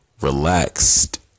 relaxed